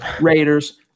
Raiders